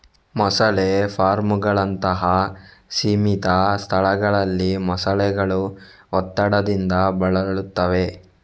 ಮೊಸಳೆ ಫಾರ್ಮುಗಳಂತಹ ಸೀಮಿತ ಸ್ಥಳಗಳಲ್ಲಿ ಮೊಸಳೆಗಳು ಒತ್ತಡದಿಂದ ಬಳಲುತ್ತವೆ